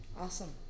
Awesome